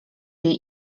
jej